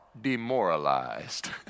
demoralized